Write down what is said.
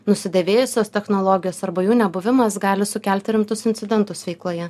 nusidėvėjusios technologijos arba jų nebuvimas gali sukelti rimtus incidentus veikloje